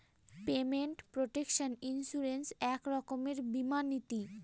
payment protection insurance এক রকমের বীমা নীতি